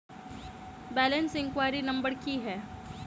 Balance enquiry number की है?